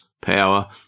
power